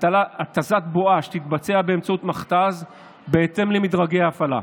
התזת בואש תתבצע באמצעות מכת"ז בהתאם למדרגי ההפעלה.